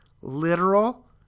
literal